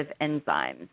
enzymes